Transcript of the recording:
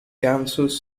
kansas